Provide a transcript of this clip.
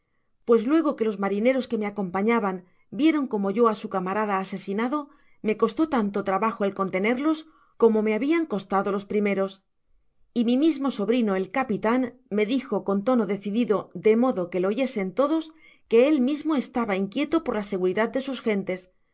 pues luego que los marineros que me acompañaban vieron como yo á sa camarada asesinado me costó tanto trabajo el contenerlos como me habian costado los primeros y mi mismo sobrino el capitan me dijo con tono decidido de modo que k oyeswn todos que él mismo estaba inquieto por la seguridad de sus gentes